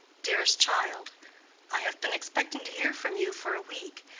dearest child i have been expecting to hear from you for a week.